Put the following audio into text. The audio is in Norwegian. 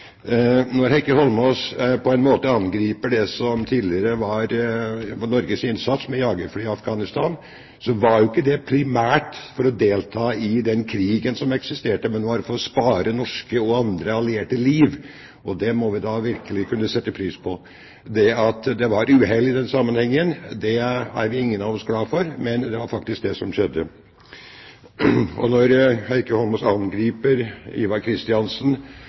Heikki Holmås angriper på en måte det som tidligere var Norges innsats med jagerfly i Afghanistan, men det var jo ikke primært for å delta i den krigen som eksisterte, det var for å spare norske og andre allierte liv. Det må vi da virkelig kunne sette pris på. Det at det var uhell i den sammenhengen, er ingen av oss glad for, men det var faktisk det som skjedde. Når Heikki Holmås angriper Ivar